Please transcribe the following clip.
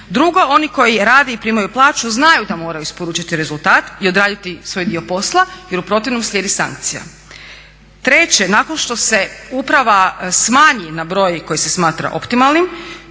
Drugo, oni koji rade i primaju plaću znaju da moraju isporučiti rezultat i odraditi svoj dio posla jer u protivnom slijedi sankcija. Treće, nakon što se uprava smanji na broj koji se smatra optimalnim